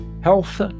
health